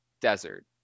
desert